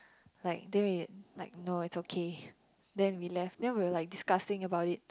like deal with it like no it's okay then we left then we were discussing about it